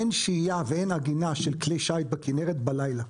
אין שהייה ואין עגינה של כלי שיט בכנרת בלילה.